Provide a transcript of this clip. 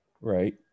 Right